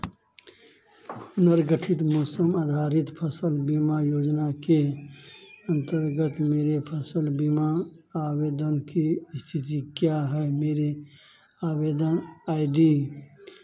पुनर्गठित मौसम आधारित फ़सल बिमा योजना के अंतर्गत मेरे फ़सल बिमा आवेदन की स्तिथि क्या है मेरे आवेदन आइ डी